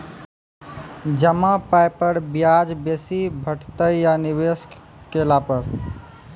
जमा पाय पर ब्याज बेसी भेटतै या निवेश केला पर?